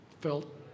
felt